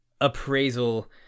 appraisal